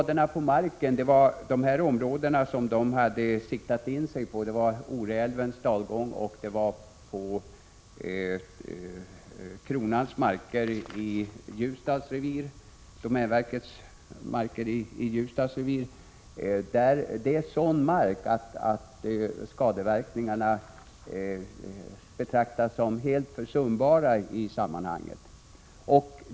De områden dessa samer har siktat in sig på — Oreälvens dalgång och domänverkets marker i Ljusdals revir — har sådan mark att skadeverkningarna betraktas som helt försumbara i sammanhanget.